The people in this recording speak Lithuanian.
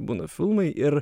būna filmai ir